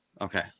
Okay